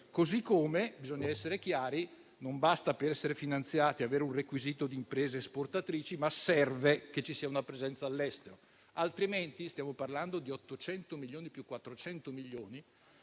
- bisogna essere chiari - non basta avere il requisito di imprese esportatrici, ma serve che ci sia una presenza all'estero, altrimenti (stiamo parlando di 800 milioni più 400 milioni)